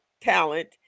talent